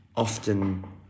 often